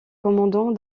commandant